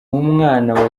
nk’umwana